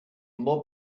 mob